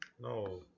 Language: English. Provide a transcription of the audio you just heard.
no